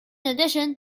addition